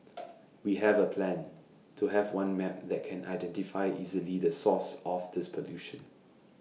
we have A plan to have one map that can identify easily the source of this pollution